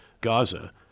Gaza